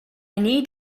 need